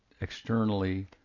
externally